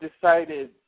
decided